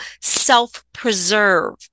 self-preserve